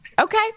Okay